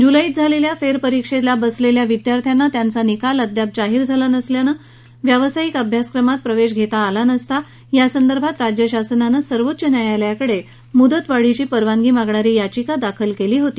जुलैमध्ये झालेल्या फेरपरीक्षेला बसलेल्या विद्यार्थ्यांना त्यांचा निकाल अद्याप जाहीर झालेला नसल्यानं व्यावसायिक अभ्यासक्रमास प्रवेश घेता आला नसता यासंदर्भात राज्यशासनानं सर्वोच्च न्यायालयाकडे मुदत वाढीची परवानगी मागणारी याचिका दाखल केली होती